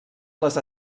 les